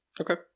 Okay